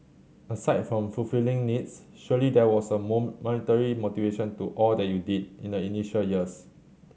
aside from fulfilling needs surely there was a monetary motivation to all that you did in the initial years